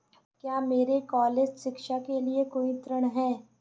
क्या मेरे कॉलेज शिक्षा के लिए कोई ऋण है?